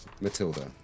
Matilda